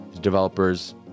developers